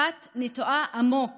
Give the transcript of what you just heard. אחת נטועה עמוק